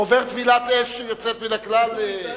הוא עובר טבילת אש יוצאת מן הכלל, השר.